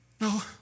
No